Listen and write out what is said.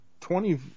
twenty